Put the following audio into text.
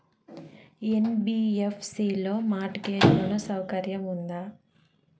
NBFC లో mortgage loan సౌకర్యం ఉందా?